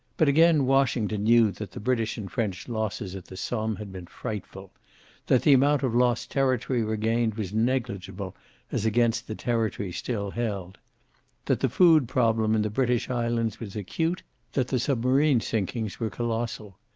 but again washington knew that the british and french losses at the somme had been frightful that the amount of lost territory regained was negligible as against the territory still held that the food problem in the british islands was acute that the submarine sinkings were colossal.